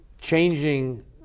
changing